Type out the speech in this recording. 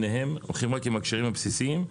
הלכתי רק עם הכשרים הבסיסיים.